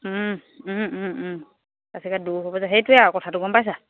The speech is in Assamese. পাচিঘাট দূৰ হ'ব যে সেইটোৱে আৰু কথাটো গম পাইছা